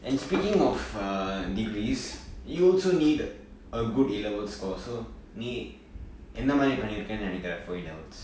and speaking of err degrees you also need a good A level score so எந்த மாதிரி பன்னிருக்கனு நினைக்கிற:entha maathiri pannirukanu ninaikira for A levels